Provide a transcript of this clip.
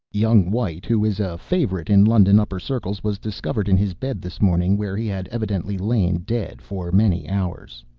young white, who is a favorite in london upper circles, was discovered in his bed this morning, where he had evidently lain dead for many hours.